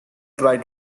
try